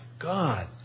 God